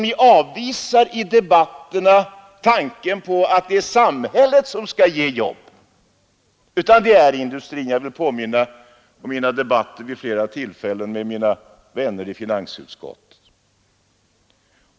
Ni avvisar i debatterna tanken på att det är samhället som skall ge jobb, ni anser att det är industrin som skall göra det. Jag vill påminna om mina debatter vid flera tillfällen med mina vänner i finansutskottet.